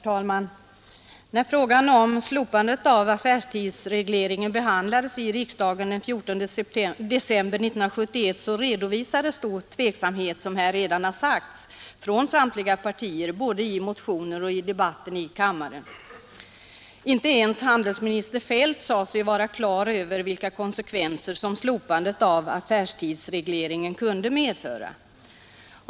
Herr talman! När frågan om slopandet av affärstidsregleringen behandlades av riksdagen den 14 december 1971 redovisades, såsom här redan sagts, tveksamhet från samtliga partier, både i motioner och i debatter i kammaren. Inte ens handelsminister Feldt sade sig vara på det klara med vilka konsekvenser slopandet av affärstidsregleringen kunde medföra.